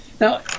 Now